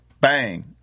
Bang